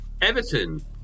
Everton